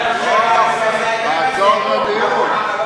תעצור את הדיון.